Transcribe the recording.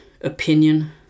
opinion